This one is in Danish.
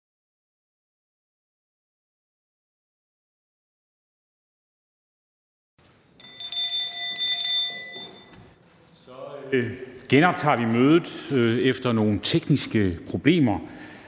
genoptager vi mødet efter nogle tekniske problemer,